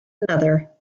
another